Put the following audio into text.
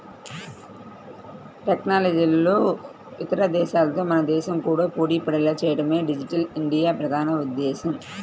టెక్నాలజీలో ఇతర దేశాలతో మన దేశం కూడా పోటీపడేలా చేయడమే డిజిటల్ ఇండియా ప్రధాన ఉద్దేశ్యం